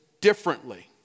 differently